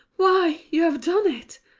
why, you have done it!